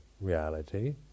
reality